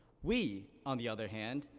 we, on the other hand,